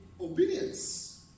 obedience